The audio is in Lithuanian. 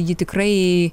ji tikrai